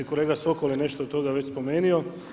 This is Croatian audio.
Kolega Sokol je nešto od toga već spomenuo.